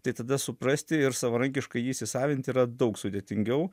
tai tada suprasti ir savarankiškai jį įsisavinti yra daug sudėtingiau